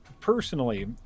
personally